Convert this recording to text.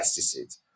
pesticides